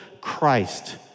Christ